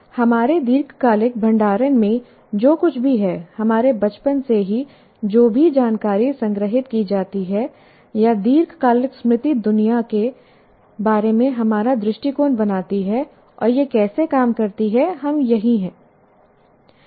हमारे दीर्घकालिक भंडारण में जो कुछ भी है हमारे बचपन से ही जो भी जानकारी संग्रहीत की जाती है या दीर्घकालिक स्मृति दुनिया के बारे में हमारा दृष्टिकोण बनाती है और यह कैसे काम करती है हम यही हैं